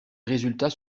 résultats